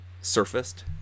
surfaced